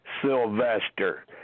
Sylvester